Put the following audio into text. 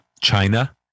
China